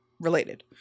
related